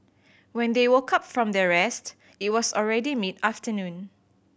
when they woke up from their rest it was already mid afternoon